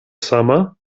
sama